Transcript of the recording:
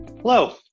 Hello